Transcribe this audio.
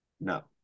No